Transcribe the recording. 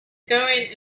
going